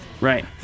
Right